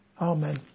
Amen